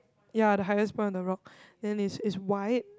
ya the highest one on the rock then it's it's wide